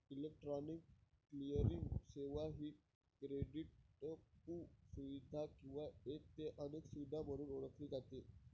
electronic clearing सेवा ही क्रेडिटपू सुविधा किंवा एक ते अनेक सुविधा म्हणून ओळखली जाते